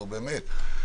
נו באמת.